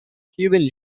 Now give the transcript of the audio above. cuban